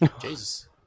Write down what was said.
Jesus